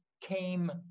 came